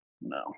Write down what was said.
No